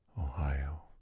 Ohio